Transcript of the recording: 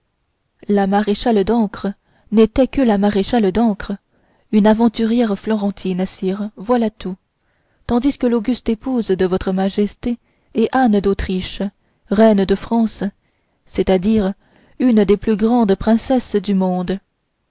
la maréchale d'ancre n'était que la maréchale d'ancre une aventurière florentine sire voilà tout tandis que l'auguste épouse de votre majesté est anne d'autriche reine de france c'est-à-dire une des plus grandes princesses du monde